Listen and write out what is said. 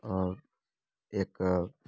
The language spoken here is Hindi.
और एक